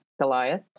Goliath